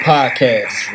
Podcast